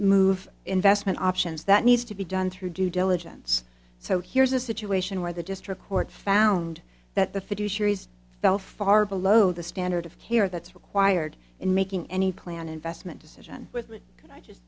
move investment options that needs to be done through due diligence so here's a situation where the district court found that the fiduciaries fell far below the standard of care that's required in making any plan investment decision with